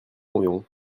environ